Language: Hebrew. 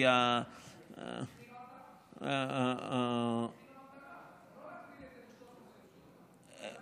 מחיר המטרה, לא רק, זה